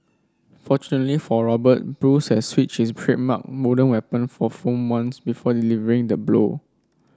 fortunately for Robert Bruce had switched his trademark weapon for foam ones before delivering the blow